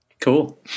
Cool